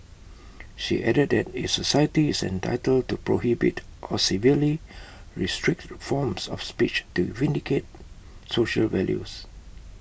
she added that A society is entitled to prohibit or severely restrict forms of speech to vindicate social values